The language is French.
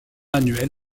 annuel